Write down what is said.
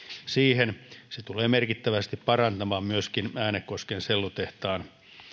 siihen se tulee merkittävästi parantamaan myöskin äänekosken sellutehtaan